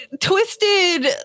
twisted